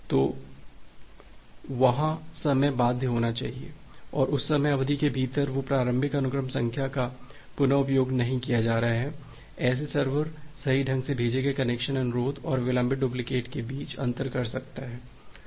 तो वहां समय बाध्य होना चाहिए और उस समय अवधि के भीतर वो प्रारंभिक अनुक्रम संख्या का पुन उपयोग नहीं किया जा रहा है ऐसे सर्वर सही ढंग से भेजे गए कनेक्शन अनुरोध और विलंबित डुप्लीकेट के बीच अंतर कर सकता है